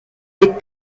des